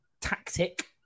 tactic